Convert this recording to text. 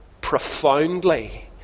profoundly